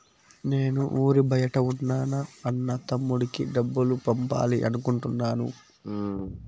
నేను ఊరి బయట ఉన్న నా అన్న, తమ్ముడికి డబ్బులు పంపాలి అనుకుంటున్నాను